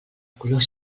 color